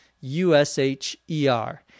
U-S-H-E-R